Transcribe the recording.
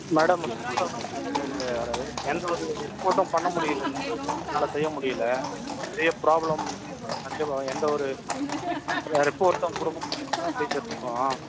madam அந்த ஸ்கூலில் வந்து அது எந்த ஒரு ரிப்போர்ட்டும் பண்ண முடியலை எந்த ஒரு வேலையும் என்னால் செய்ய முடியலை பெரிய ப்ராப்ளம் நிறைய நிறைய எந்த ஒரு ரிபோர்ட்டும் கொடுக்க முடியலை எந்த ஒரு டீச்சர்ஸுக்கும்